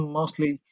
mostly